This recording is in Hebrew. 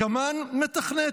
הקמ"ן מתכנת,